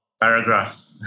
paragraph